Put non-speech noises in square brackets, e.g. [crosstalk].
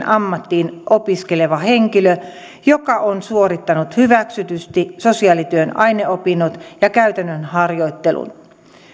[unintelligible] ammattiin opiskeleva henkilö joka on suorittanut hyväksytysti sosiaalityön aineopinnot ja käytännön harjoittelun